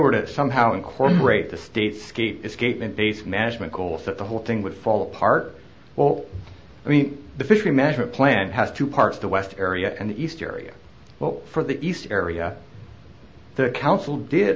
were to somehow incorporate the state's key escapement based management goals that the whole thing would fall apart well i mean the fishery management plan has two parts the west area and the eastern area but for the east area the council did